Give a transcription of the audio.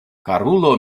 karulo